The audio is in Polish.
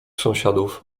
sąsiadów